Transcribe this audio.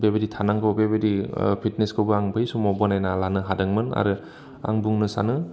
बेबायदि थानांगौ बेबायदि फिटनेसखौबो आं बै समाव बानायना लानो हादोंमोन आरो आं बुंनो सानो